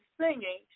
singing